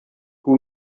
who